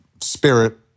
spirit